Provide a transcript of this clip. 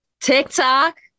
TikTok